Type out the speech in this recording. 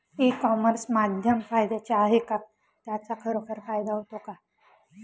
E commerce माध्यम फायद्याचे आहे का? त्याचा खरोखर फायदा होतो का?